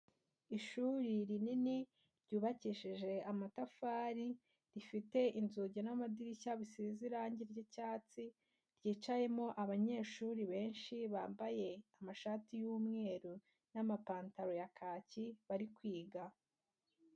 Ishuri rinini ryubakishije amatafari, rifite inzugi n'amadirishya bisize irangi ry'icyatsi, ryicayemo abanyeshuri benshi bambaye amashati y'umweru n'amapantaro ya kaki bari kwiga.